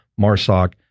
MARSOC